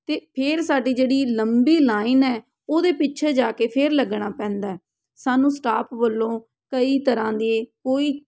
ਅਤੇ ਫਿਰ ਸਾਡੀ ਜਿਹੜੀ ਲੰਬੀ ਲਾਈਨ ਹੈ ਉਹਦੇ ਪਿੱਛੇ ਜਾ ਕੇ ਫਿਰ ਲੱਗਣਾ ਪੈਂਦਾ ਹੈ ਸਾਨੂੰ ਸਟਾਫ ਵੱਲੋਂ ਕਈ ਤਰ੍ਹਾਂ ਦੀ ਕੋਈ